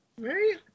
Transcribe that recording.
Right